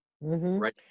Right